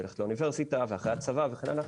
ללכת לאוניברסיטה ואחרי הצבא וכן הלאה,